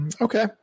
Okay